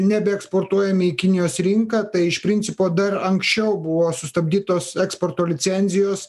nebeeksportuojami į kinijos rinką tai iš principo dar anksčiau buvo sustabdytos eksporto licencijos